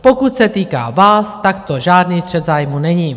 Pokud se týká vás, tak to žádný střet zájmů není.